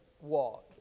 walk